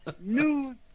news